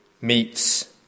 meets